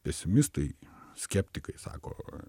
pesimistai skeptikai sako